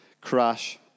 crash